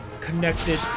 connected